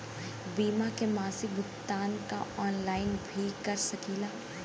बीमा के मासिक भुगतान हम ऑनलाइन भी कर सकीला?